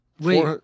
Wait